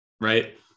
right